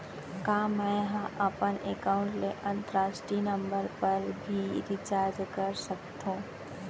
का मै ह अपन एकाउंट ले अंतरराष्ट्रीय नंबर पर भी रिचार्ज कर सकथो